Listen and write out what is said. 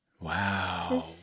wow